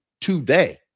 today